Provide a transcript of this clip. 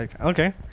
Okay